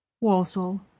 Walsall